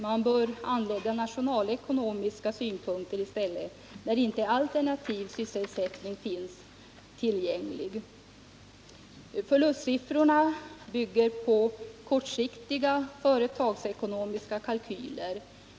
Man bör i stället anlägge nationalekonomiska synpunkter, när inte alternativ sysselsättning finns tillgänglig. Förlustsiffrorna bygger på kortsiktiga företagsekonomiska kalkyler.